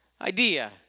idea